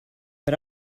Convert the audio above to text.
but